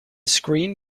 screen